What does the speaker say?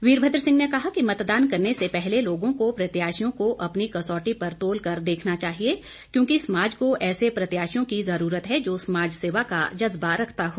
वीरभद्र सिंह ने कहा कि मतदान करने से पहले लोगों को प्रत्याशियों को अपनी कसौटी पर तोल कर देखना चाहिए क्योंकि समाज को ऐसे प्रत्याशियों की जरूरत है जो समाज सेवा का जज्बा रखता हो